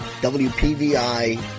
WPVI